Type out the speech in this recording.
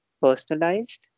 personalized